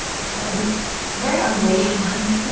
sorry, i'm very unladylike.